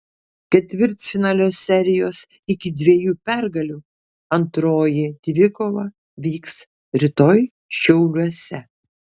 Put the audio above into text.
ketvirtfinalio serijos iki dviejų pergalių antroji dvikova vyks rytoj šiauliuose